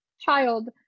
child